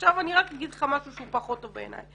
עכשיו, אגיד לך משהו שהוא פחות טוב בעיני.